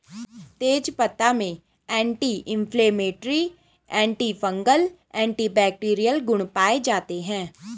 तेजपत्ता में anti inflammatory, antifungal, antibacterial गुण पाये जाते है